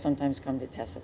sometimes come to test